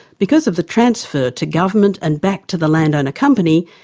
because of the transfer to government and back to the landowner company,